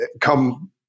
come